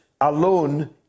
alone